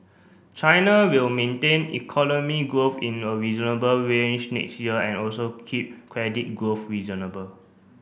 China will maintain economic growth in a reasonable range next year and also keep credit growth reasonable